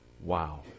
Wow